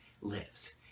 lives